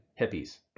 hippies